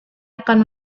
akan